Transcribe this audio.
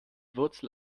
wurzel